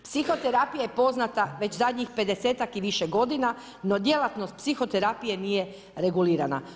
Psihoterapija je poznata već zadnjih 50-tak i više godina, no djelatnosti psihoterapije nije regulirana.